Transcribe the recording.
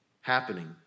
happening